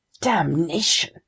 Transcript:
Damnation